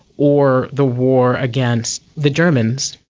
or the war against the germans.